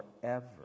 forever